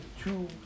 two